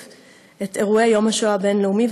את אירועי יום השואה הבין-לאומי,